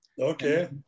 Okay